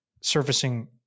surfacing